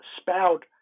spout